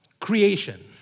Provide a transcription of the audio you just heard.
creation